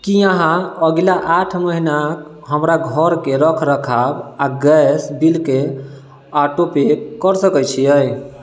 की अहाँ अगिला आठ महिनाक हमरा घरके रखरखाव आ गैस बिलके ऑटो पे कर सकैत छिऐ